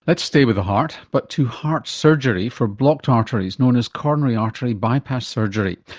let's stay with the heart, but to heart surgery for blocked arteries, known as coronary artery bypass surgery.